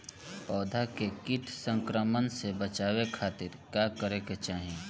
पौधा के कीट संक्रमण से बचावे खातिर का करे के चाहीं?